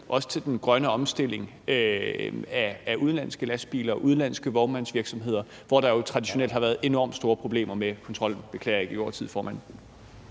med til den grønne omstilling, også udenlandske lastbiler, udenlandske vognmandsvirksomheder, hvor der jo traditionelt har været enormt store problemer med kontrollen. Jeg beklager, at jeg gik over tiden, formand.